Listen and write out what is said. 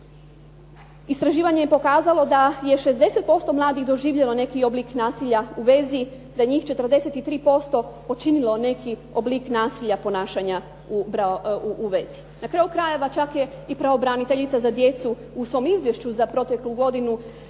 Istraživanje je pokazalo da je 60% mladih doživjelo neki oblik nasilja u vezi. Da njih 43% počinilo neki oblik nasilja ponašanja u vezi. Na kraju krajeva čak je i pravobraniteljica za djecu u svom izvješću za proteklu godinu